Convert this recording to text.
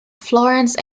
florence